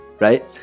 right